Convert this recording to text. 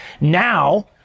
now